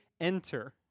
enter